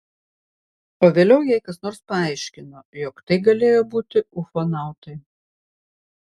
o vėliau jai kas nors paaiškino jog tai galėjo būti ufonautai